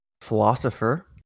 philosopher